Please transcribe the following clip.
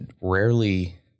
rarely